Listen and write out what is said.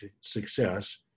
success